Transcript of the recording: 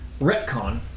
retcon